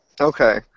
Okay